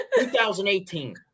2018